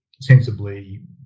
sensibly